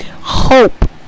Hope